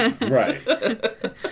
Right